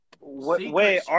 Wait